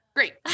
Great